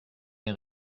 des